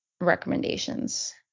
recommendations